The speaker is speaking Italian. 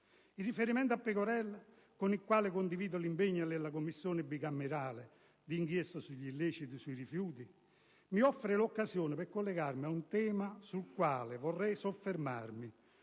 Il riferimento a Pecorella, con il quale condivido l'impegno nella Commissione bicamerale di inchiesta sugli illeciti sui rifiuti, mi offre l'occasione per collegarmi a un tema sul quale vorrei soffermarmi